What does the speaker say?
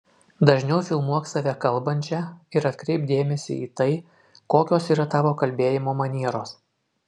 dažniau filmuok save kalbančią ir atkreipk dėmesį į tai kokios yra tavo kalbėjimo manieros